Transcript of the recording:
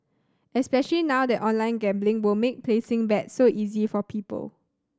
especially now that online gambling will make placing bets so easy for people